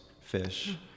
fish